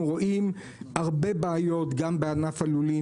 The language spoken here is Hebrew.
אנחנו רואים הרבה בעיות גם בענף הלולים,